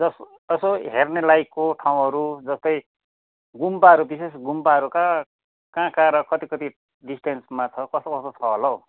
यसो हेर्नेलायकको ठाउँहरू जस्तै गुम्बाहरू विशेष गुम्बाहरू कहाँ कहाँ र कति कति डिस्टेन्समा छ कसो कसो छ होला हौ